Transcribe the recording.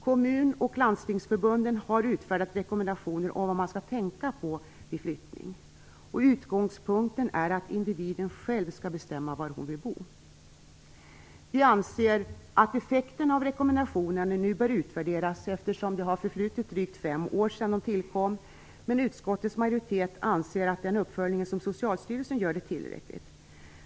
Kommun och landstingsförbunden har utfärdat rekommendationer om vad man skall tänka på vid flyttning. Utgångspunkten är att individen själv skall bestämma var hon skall bo. Vi anser att effekterna av rekommendationerna nu bör utvärderas, eftersom det har förflutit fem år sedan de tillkom. Men utskottets majoritet anser att det är tillräckligt med den uppföljning som Socialstyrelsen gör.